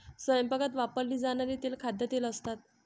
स्वयंपाकात वापरली जाणारी तेले खाद्यतेल असतात